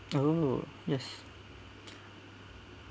oh yes